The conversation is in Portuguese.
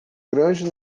grande